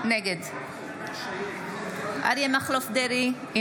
נגד אריה מכלוף דרעי,